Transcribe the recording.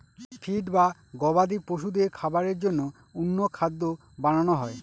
feed বা গবাদি পশুদের খাবারের জন্য অন্য খাদ্য বানানো হয়